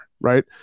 Right